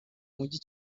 mijyi